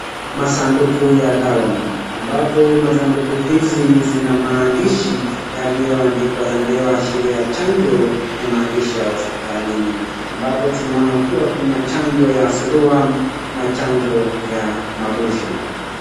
Masanduku ya dawa, ambapo masanduku hizi zina maandishi yaliyoandikwa yanayoashiria chanjo na maandishi ya hospitalini. Ambapo tunaona kuwa kuna chanjo ya surua na chanjo ya mabusha.